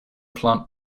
plant